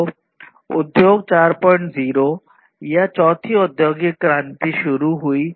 तो यह उद्योग 40 या चौथी औद्योगिक क्रांति शुरू हुई